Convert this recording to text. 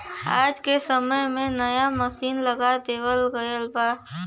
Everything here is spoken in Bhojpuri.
आज के समय में नया मसीन लगा देवल गयल बा